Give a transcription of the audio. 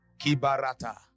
Kibarata